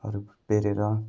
हरू बेरेर